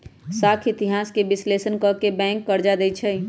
साख इतिहास के विश्लेषण क के बैंक कर्जा देँई छै